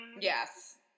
yes